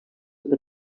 per